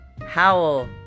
howl